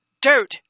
dirt